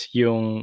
yung